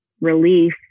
relief